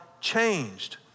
changed